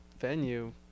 venue